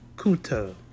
Kuta